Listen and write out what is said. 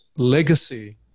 legacy